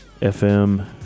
FM